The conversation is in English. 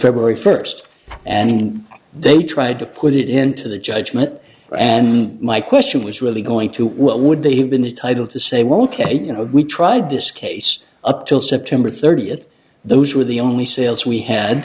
february first and then they tried to put it into the judgment and my question was really going to what would they have been the title to say well ok you know we tried this case up till september thirtieth those were the only sales we had